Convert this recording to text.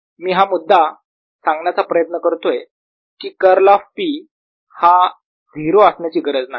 मी हा मुद्दा सांगण्याचा प्रयत्न करतोय कि कर्ल ऑफ P हा 0 असण्याची गरज नाही